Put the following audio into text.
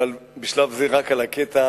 אבל בשלב זה רק על הקטע,